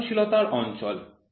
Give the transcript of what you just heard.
সহনশীলতার অঞ্চল